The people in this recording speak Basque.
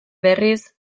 berriz